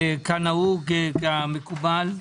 כנהוג, כמקובל.